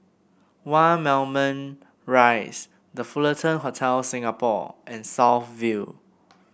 One Moulmein Rise The Fullerton Hotel Singapore and South View